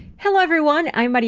hello, everyone. i'm but